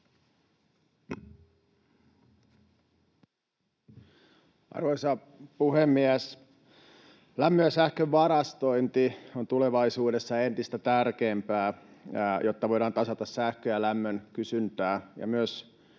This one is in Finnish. Arvoisa puhemies! Lämmön ja sähkön varastointi on tulevaisuudessa entistä tärkeämpää, jotta voidaan tasata sähkön ja lämmön kysyntää ja myös